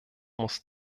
muss